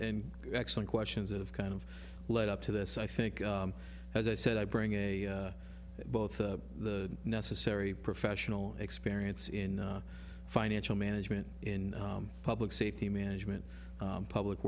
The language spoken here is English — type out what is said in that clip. and actually questions that have kind of led up to this i think as i said i bring a both the necessary professional experience in financial management in public safety management public